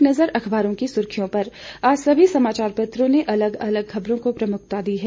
एक नज़र अखबारों की सुर्खियों पर आज सभी समाचार पत्रों ने अलग अलग खबरों को प्रमुखता दी है